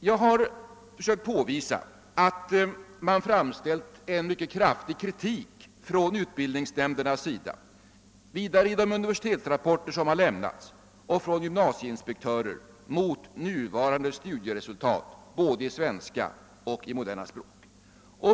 Jag har försökt påvisa att det framförts en mycket kraftig kritik från utbildningsnämndernas sida liksom i de universitetsrapporter som lämnats och från gymnasieinspektörerna mot nuvarande studieresultat i både svenska och främmande språk.